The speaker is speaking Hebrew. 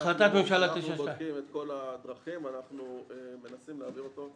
החלטת ממשלה 929. אנחנו בודקים את כל הדרכים ומנסים להעביר אותו.